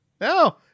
No